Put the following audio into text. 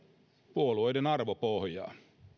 puolueiden arvopohjaa